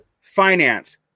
Finance